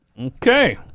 Okay